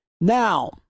Now